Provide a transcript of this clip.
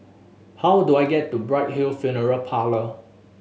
how do I get to Bright Hill Funeral Parlour